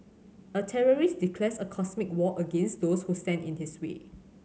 a terrorist declares a cosmic war against those who stand in his way